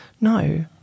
No